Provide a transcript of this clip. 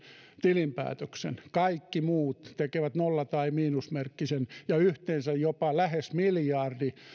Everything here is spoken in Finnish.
tilinpäätöksen kaikki muut tekevät nolla tai miinusmerkkisen ja yhteensä jopa lähes miljardi